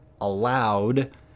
allowed